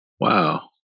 Wow